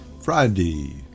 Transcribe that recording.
Friday